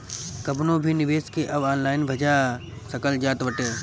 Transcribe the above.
कवनो भी निवेश के अब ऑनलाइन भजा सकल जात बाटे